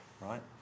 right